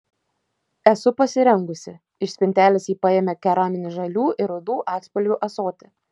esu pasirengusi iš spintelės ji paėmė keraminį žalių ir rudų atspalvių ąsotį